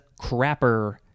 crapper